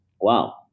Wow